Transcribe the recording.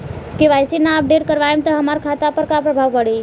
KYC ना update करवाएम त हमार खाता पर का प्रभाव पड़ी?